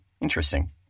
Interesting